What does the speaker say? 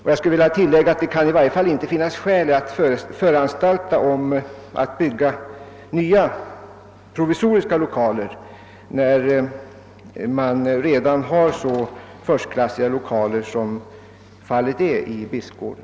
Jag skulle vilja tillägga att det i varje fall inte kan finnas skäl att föranstalta om att bygga nya provisoriska lokaler på annan plats, när man redan har så förstklassiga lokaler som fallet är i Bispgården.